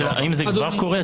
האם זה כבר קורה?